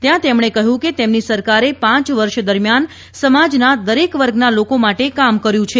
ત્યાં તેમણે કહ્યું કે તેમની સરકારે પાંચ વર્ષ દરમિયાન સમાજના દરેક વર્ગના લોકો માટે કામ કર્યું છે